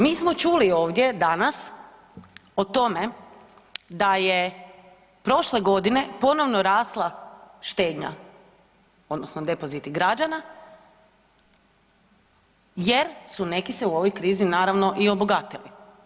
Mi smo čuli ovdje danas o tome da je prošle godine ponovno rasla štednja odnosno depoziti građana jer su neki se u ovoj krizi naravno i obogatili.